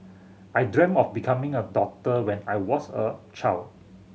I dream of becoming a doctor when I was a child